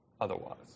otherwise